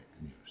news